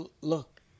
Look